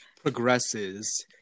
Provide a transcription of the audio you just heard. progresses